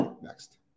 Next